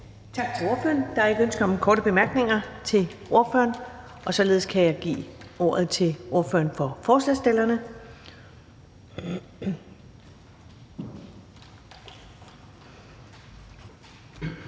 Tak til ordføreren. Der er ikke ønske om korte bemærkninger til ordføreren, og således kan jeg give ordet til ordføreren for forslagsstillerne.